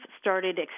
started